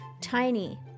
tiny